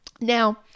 Now